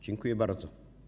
Dziękuję bardzo.